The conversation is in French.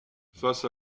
face